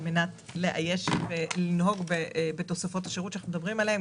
על מנת לאייש ולנהוג בתוספות השירות שאנחנו מדברים עליהן.